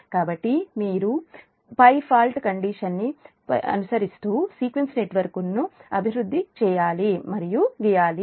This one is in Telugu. కాబట్టి మీరు పై ఫాల్ట్ కండిషన్ ని అనుకరిస్తూ సీక్వెన్స్ నెట్వర్క్ను అభివృద్ధి చేయాలి మరియు గీయాలి